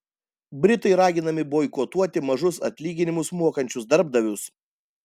britai raginami boikotuoti mažus atlyginimus mokančius darbdavius